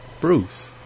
Bruce